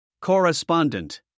Correspondent